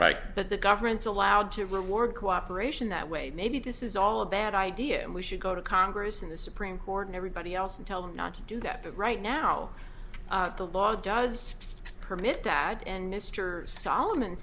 right but the government's allowed to reward cooperation that way maybe this is all a bad idea and we should go to congress and the supreme court and everybody else and tell them not to do that but right now the law does permit that and mr solomon